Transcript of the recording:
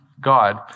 God